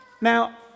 Now